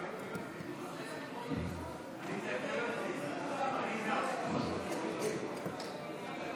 אלה תוצאות ההצבעה ביחס להסתייגות מס'